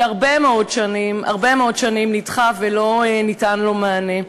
שהרבה מאוד שנים נדחה ולא ניתן לו מענה.